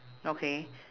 okay